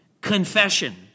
Confession